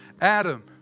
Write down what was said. Adam